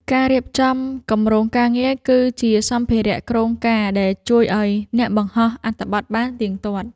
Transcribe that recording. ការរៀបចំគម្រោងការងារ គឺជាសម្ភារៈគ្រោងការដែលជួយឱ្យអ្នកបង្ហោះអត្ថបទបានទៀងទាត់។